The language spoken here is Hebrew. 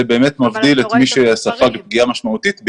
באמת מבדיל את מי שספג פגיעה משמעותית - אגב,